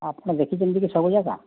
ଆପଣ ଦେଖିଛନ୍ତି କି ସବୁ ଜାଗା